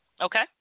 Okay